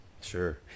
sure